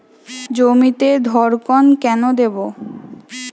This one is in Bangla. জমিতে ধড়কন কেন দেবো?